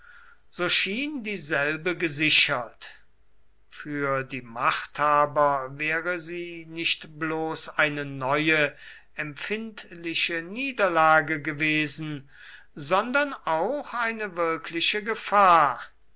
so schien dieselbe gesichert für die machthaber wäre sie nicht bloß eine neue empfindliche niederlage gewesen sondern auch eine wirkliche gefahr